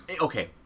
Okay